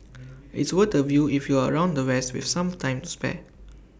it's worth the view if you're around the west with some time to spare